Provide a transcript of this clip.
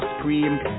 cream